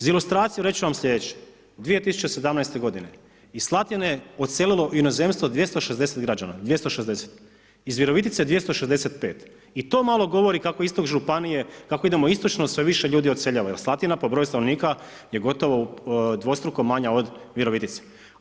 Za ilustraciju reći ću vam sljedeće, 2017. godine iz Slatine je odselilo u inozemstvo 260 građana, 260., iz Virovitice 265 i to malo govori kako istok županije, kako idemo istočno sve više ljudi odseljava jer Slatina po broju stanovnika je gotovo dvostruko manja od Virovitice.